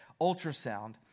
ultrasound